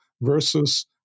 versus